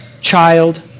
child